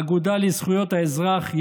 האגודה לזכויות האזרח,